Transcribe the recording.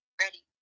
Ready